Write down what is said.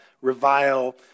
revile